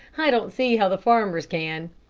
i don't see how the farmers can.